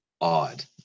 odd